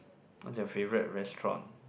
what's your favourite restaurant